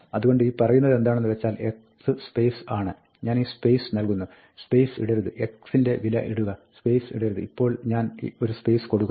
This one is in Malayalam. അതുകൊണ്ട് ഈ പറയുന്നതെന്താണെന്ന് വെച്ചാൽ x സ്പേസ് ആണ് ഞാൻ ഈ സ്പേസ് നൽകുന്നു സ്പേസ് ഇടരുത് x ന്റെ വില ഇടുക സ്പേസ് ഇടരുത് ഇപ്പോൾ ഞാൻ ഒരു സ്പേസ് കൊടുക്കുന്നു